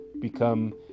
become